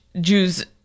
Jews